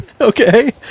Okay